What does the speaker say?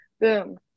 Boom